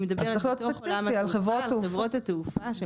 אז צריך להיות ספציפיים, על חברות התעופה.